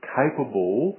capable